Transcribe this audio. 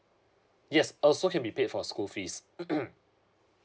yes also can be paid for school fees